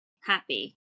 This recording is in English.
happy